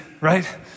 right